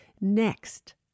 Next